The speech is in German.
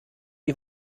die